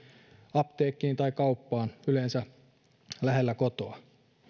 apteekkiin tai kauppaan yleensä lähellä kotoa